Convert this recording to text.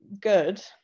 good